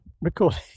recording